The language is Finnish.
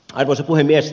arvoisa puhemies